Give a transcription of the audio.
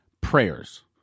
prayers